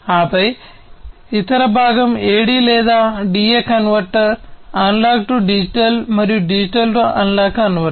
ఆపై ఇతర భాగం AD లేదా DA converter analog to digital మరియు డిజిటల్ టు అనలాగ్ కన్వర్టర్